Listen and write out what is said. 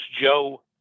Joe